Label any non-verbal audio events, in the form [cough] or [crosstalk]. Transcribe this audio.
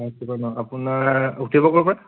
[unintelligible] আপোনাৰ উঠিব ক'ৰ পৰা